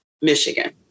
Michigan